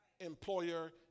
employer